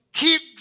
keep